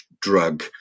drug